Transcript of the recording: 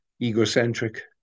egocentric